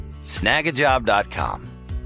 Snagajob.com